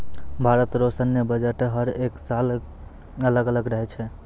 भारत रो सैन्य बजट हर एक साल अलग अलग रहै छै